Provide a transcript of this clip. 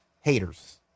Haters